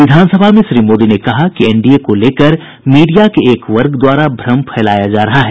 विधानसभा में श्री मोदी ने कहा कि एनडीए को लेकर मीडिया के एक वर्ग द्वारा भ्रम फैलाया जा रहा है